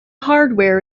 hardware